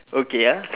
okay ah